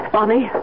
Bonnie